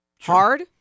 Hard